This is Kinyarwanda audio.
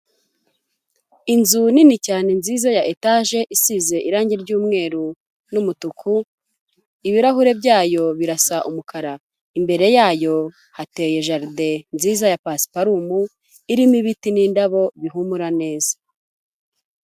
Inzu nini cyane nziza ya etaje isize irange ry'umweru n'umutuku, ibirahure byayo birasa umukara, imbere yayo hateye jaride nziza ya pasiparumu irimo ibiti n'indabo bihumura neza.